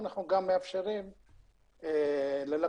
אנחנו גם מאפשרים ללקוח,